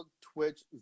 twitch